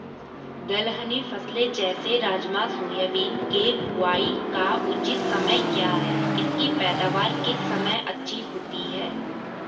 दलहनी फसलें जैसे राजमा सोयाबीन के बुआई का उचित समय क्या है इसकी पैदावार किस समय अच्छी होती है?